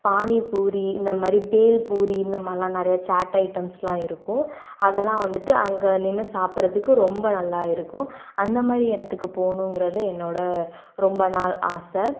பானிபூரி இந்த மாரி பேல்பூரி இந்த மாரிலாம் நிறையா சாட் ஐட்டம்ஸ்லாம் இருக்கும் அதெல்லாம் வந்துவிட்டு அங்கே நின்று சாப்பிட்றதுக்கு ரொம்ப நல்லா இருக்கும் அந்த மாரி இடத்துக்கு போகணுங்குறதும் என்னோட ரொம்ப நாள் ஆசை